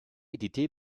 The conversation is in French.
édité